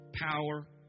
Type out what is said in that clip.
power